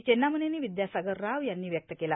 चेन्नामनेनी विद्यासागर राव यांनी व्यक्त केला